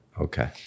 Okay